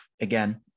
again